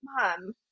mom